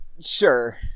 sure